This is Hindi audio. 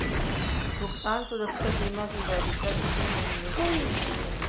भुगतान सुरक्षा बीमा की वैधता कितने महीनों की होती है?